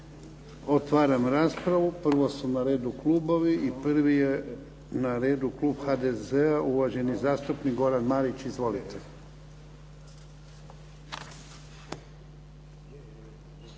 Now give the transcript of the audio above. Otvaram raspravu. Prvo su na redu klubovi. Prvi je na redu klub HDZ-a uvaženi zastupnik Goran Marić. Izvolite.